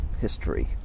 history